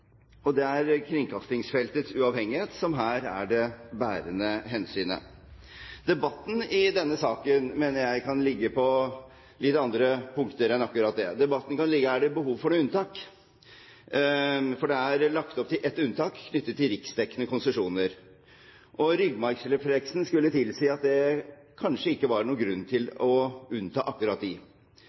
særdeleshet. Det er kringkastingsfeltets uavhengighet som her er det bærende hensynet. Debatten i denne saken mener jeg kan ligge på litt andre punkter enn akkurat det: Er det behov for noen unntak? For det er lagt opp til ett unntak knyttet til riksdekkende konsesjoner. Ryggmargsrefleksen skulle tilsi at det kanskje ikke var noen grunn til å unnta akkurat